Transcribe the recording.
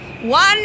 One